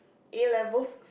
A-levels